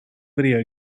video